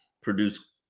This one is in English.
produce